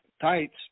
tights